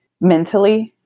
mentally